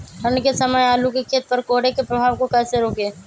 ठंढ के समय आलू के खेत पर कोहरे के प्रभाव को कैसे रोके?